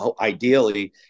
ideally